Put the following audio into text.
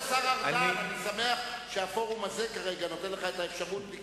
אני שמח שהפורום הזה נותן לך את האפשרות כרגע